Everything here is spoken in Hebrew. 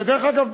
ודרך אגב,